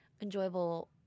enjoyable